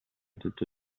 tutto